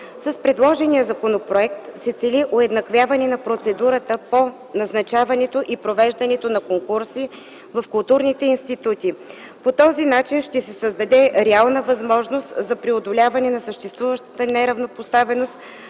С предложения законопроект се цели уеднаквяване на процедурата по назначаването и провеждането на конкурси в културните институти. По този начин ще се създаде реална възможност за преодоляване на съществуващата неравнопоставеност